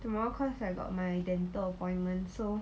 tomorrow cause I got my dental appointment so